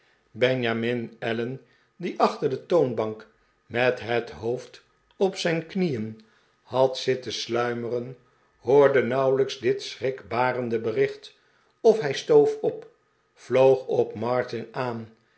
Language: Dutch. benjamin allen die achter de toonbank met het hoofd op zijn knieen had zitten sluimeren hoorde nauwelijks dit schrikbarende bericht of hij stoof op vloog op martin aan